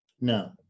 No